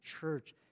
church